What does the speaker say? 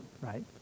right